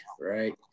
right